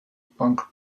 punk